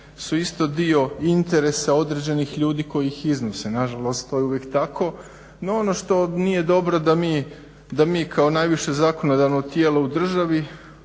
su isto dio interesa određenih ljudi koji ih iznose, nažalost to je uvijek tako. No, ono što nije dobro da mi kao najviše zakonodavno tijelo u državi